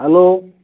hello